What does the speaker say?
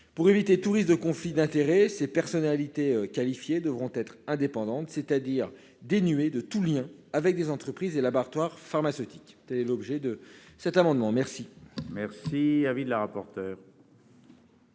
pour éviter tout risque de conflit d'intérêt, ces personnalités qualifiées devront être indépendantes, c'est-à-dire dénué de tout lien avec des entreprises et l'abattoir pharmaceutique l'objet de cet amendement, merci. Merci à avis de la rapporteure.